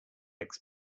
alex